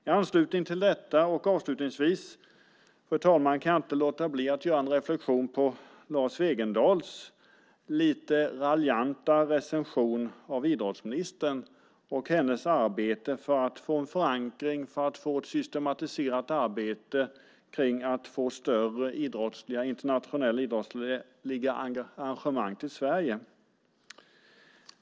I anslutning till detta och avslutningsvis, fru talman, kan jag inte låta bli att göra en reflexion över Lars Wegendals lite raljanta recension av idrottsministern och hennes arbete för att få en förankring av ett systematiserat arbete för att få större internationella idrottsliga arrangemang till Sverige.